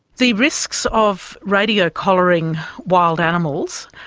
the risks of radio-collaring wild animals,